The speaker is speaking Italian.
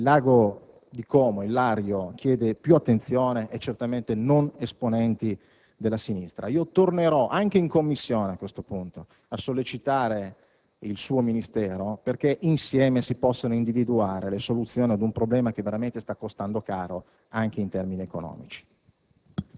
Il lago di Como, il Lario, chiede più attenzione e certamente non passerelle di esponenti della sinistra. A questo punto, tornerò anche in Commissione a sollecitare il suo Ministero, perché insieme si possano individuare le soluzioni ad un problema che veramente sta costando caro anche in termini economici.